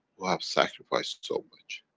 who have sacrificed so much